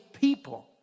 people